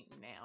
now